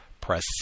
press